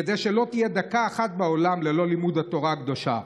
כדי שלא תהיה דקה אחת בעולם ללא לימוד התורה הקדושה.